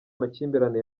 makimbirane